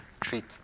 treat